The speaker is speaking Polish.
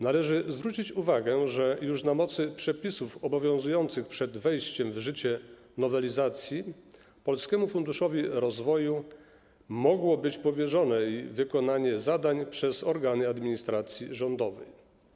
Należy zwrócić uwagę, że na mocy przepisów obowiązujących przed wejściem w życie nowelizacji Polskiemu Funduszowi Rozwoju mogło być powierzone wykonanie zadań przez organy administracji rządowej.